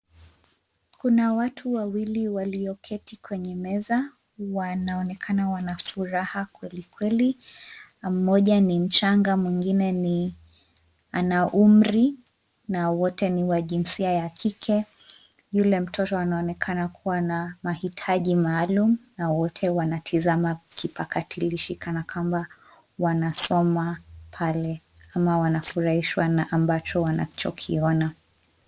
Kuna watu wawili walioketi kwenye meza wanaonekana wanafuraha kwelikweli. Mmoja ni mchanga mwingine ni ana umri na wote ni wa jinsia ya kike. Yule mtoto anaonekana kuwa na mahitaji maalum na wote wanatizama kipakatalishi kana kamba wanasoma pale ama wanafurahishwa na ambacho wanachokiona.